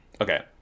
Okay